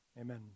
amen